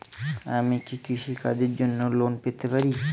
আমি কি কৃষি কাজের জন্য লোন পেতে পারি?